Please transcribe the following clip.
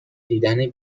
دیدن